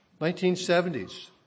1970s